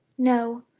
no.